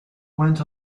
went